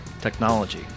technology